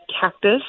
cactus